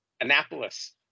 Annapolis